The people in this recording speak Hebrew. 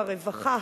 הרווחה,